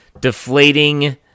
deflating